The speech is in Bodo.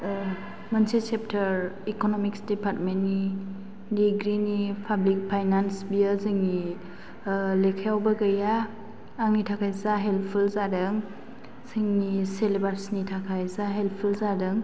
मोनसे चेप्टार इकन'मिक्स दिपाटमेन्त नि डिग्रि नि पाब्लिक फाइनान्स बियो जोंनि लेखायावबो गैया आंनि थाखाय जा हेल्पफुल जादों जोंनि सेलेबास नि थाखाय जा हेल्पफुल जादों